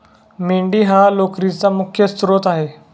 मेंढी हा लोकरीचा मुख्य स्त्रोत आहे